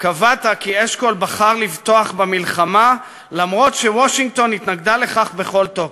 קבעת כי אשכול בחר לפתוח במלחמה אף שוושינגטון התנגדה לכך בכל תוקף.